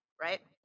right